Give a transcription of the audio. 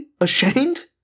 ashamed